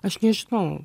aš nežinau